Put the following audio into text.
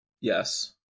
Yes